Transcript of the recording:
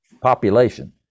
population